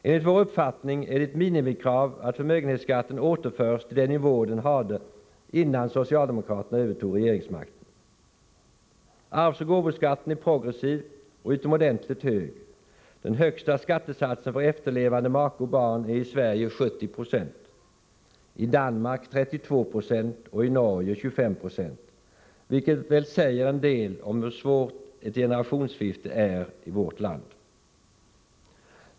Enligt vår uppfattning är det ett minimikrav att förmögenhetsskatten återförs till den nivå den hade innan socialdemokraterna övertog regeringsmakten. Arvsoch gåvoskatten är progressiv och utomordentligt hög. Den högsta skattesatsen för efterlevande make och barn är i Sverige 70 96, i Danmark 32 Yo och i Norge 25 96, vilket väl säger en del om hur svårt ett generationsskifte är i vårt land.